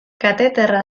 kateterra